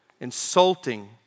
insulting